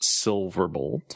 Silverbolt